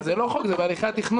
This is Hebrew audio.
אבל זה לא חוק, זה בהליכי התכנון.